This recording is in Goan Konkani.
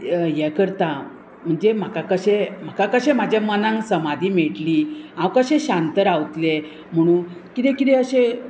हें करता म्हणजे म्हाका कशें म्हाका कशें म्हाज्या मनाक समाधी मेळटली हांव कशें शांत रावतलें म्हणून किदें किदें अशें